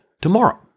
tomorrow